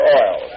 oil